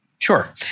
Sure